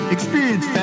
Experience